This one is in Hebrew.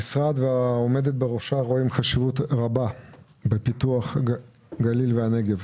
המשרד והעומדת בראשו רואים חשיבות רבה בפיתוח הגליל והנגב,